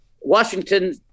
Washington